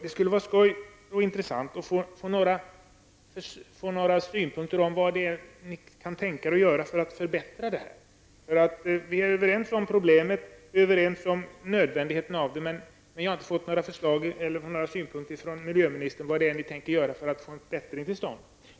Det skulle vara intressant att få några synpunkter på vad ni kan tänka er att göra för att förbättra situationen. Vi är överens i fråga om problemet och nödvändigheten att göra någonting åt det, men jag har inte fått några förslag eller synpunkter från miljöministern på vad ni tänker göra för att få en förbättring till stånd.